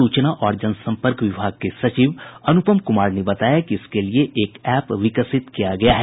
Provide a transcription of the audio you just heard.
सूचना और जनसंपर्क विभाग के सचिव अनुपम कुमार ने बताया कि इसके लिये एक एप विकसित किया गया है